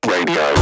Radio